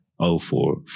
04